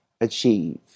achieve